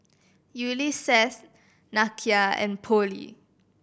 Ulysses Nakia and Pollie